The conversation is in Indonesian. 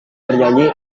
bernyanyi